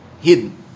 hidden